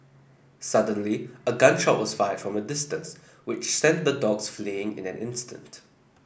suddenly a gun shot was fired from a distance which sent the dogs fleeing in an instant